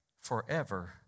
forever